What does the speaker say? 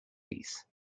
peace